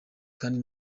kandi